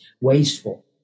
wasteful